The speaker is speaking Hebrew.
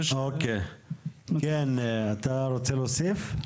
כן, אתה רוצה להוסיף?